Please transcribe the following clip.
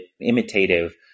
imitative